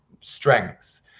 strengths